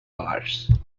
bars